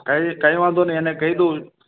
કઈ કઈ વાંધો નહીં એને કહી દઉં